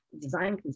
design